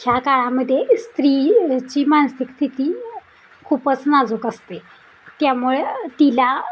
ह्या काळामध्ये स्त्री ची मानसिक स्थिती खूपच नाजूक असते त्यामुळे तिला